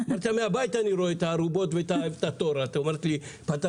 אמרתי לה: מהבית אני רואה את הארובות ואת התור ואת אומרת שפתרתם?